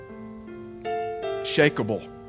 shakable